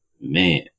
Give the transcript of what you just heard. Man